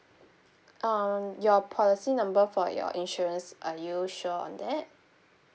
um your policy number for your insurance are you sure on that